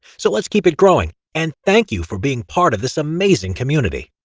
so lets keep it growing! and thank you for being part of this amazing community!